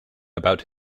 about